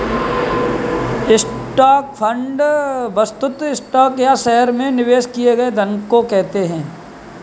stock fund वस्तुतः stock या शहर में निवेश किए गए धन को कहते हैं